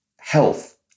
health